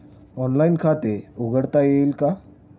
Online खाते उघडता येईल का?